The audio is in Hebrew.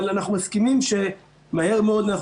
אבל אנחנו מסכימים שמהר מאוד אנחנו